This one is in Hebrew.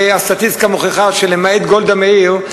והסטטיסטיקה מוכיחה שלמעט גולדה מאיר,